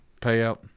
payout